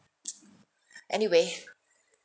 anyway